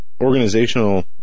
organizational